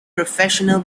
professional